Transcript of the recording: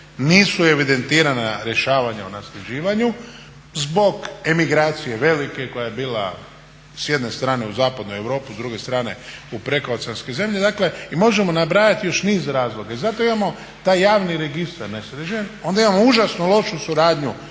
nisu evidentirana rješavanja o nasljeđivanju zbog emigracije velike koja je bila s jedne strane u zapadnoj Europi, s druge strane u prekooceanskim zemljama, dakle i možemo nabrajati još niz razloga i zato imamo taj javni registar nesređen, onda imamo užasno lošu suradnju